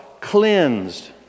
Cleansed